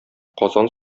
казан